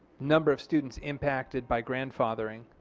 number of students impacted by grandfathering